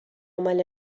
مال